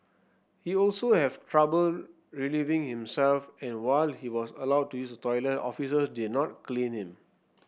he also has trouble relieving himself and while he was allowed to use toilet officers did not clean him